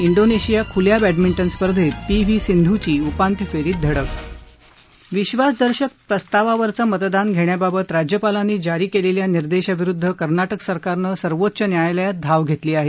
Indonesia खुल्या badminton स्पर्धेत P V सिंधूची उपांत्य फेरीत धडक विश्वासदर्शक प्रस्तावावरचं मतदान घेण्याबाबत राज्यपालांनी जारी केलेल्या निर्देशाविरुद्ध कर्नाटक सरकारनं सर्वोच्च न्यायालयात धाव घेतली आहे